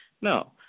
No